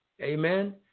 Amen